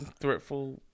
threatful